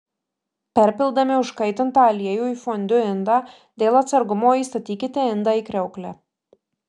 perpildami užkaitintą aliejų į fondiu indą dėl atsargumo įstatykite indą į kriauklę